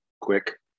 quick